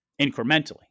incrementally